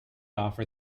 offer